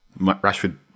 Rashford